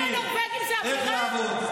למה, נורבגי זה עבירה?